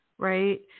Right